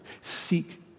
seek